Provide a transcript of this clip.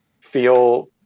feel